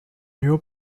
new